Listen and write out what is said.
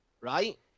right